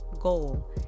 goal